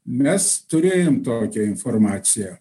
mes turėjom tokią informaciją